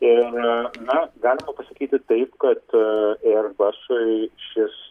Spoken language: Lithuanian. ir na galima pasakyti taip kad ierbasui šis